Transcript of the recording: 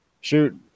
Shoot